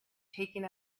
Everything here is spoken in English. taking